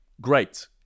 great